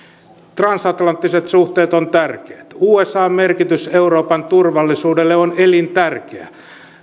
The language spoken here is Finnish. transatlanttiset suhteet ovat tärkeät usan merkitys euroopan turvallisuudelle on elintärkeä